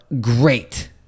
great